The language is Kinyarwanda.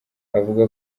avuga